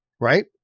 right